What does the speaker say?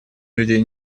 людей